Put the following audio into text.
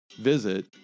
visit